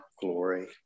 glory